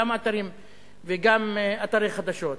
גם אתרים וגם אתרי חדשות.